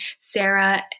Sarah